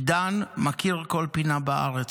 עידן מכיר כל פינה בארץ,